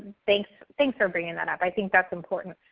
thanks thanks for bringing that up, i think that's important.